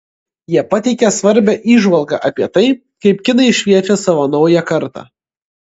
jie pateikia svarbią įžvalgą apie tai kaip kinai šviečia savo naują kartą